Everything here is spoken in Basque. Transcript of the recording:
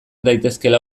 daitezkeela